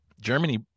Germany